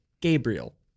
Gabriel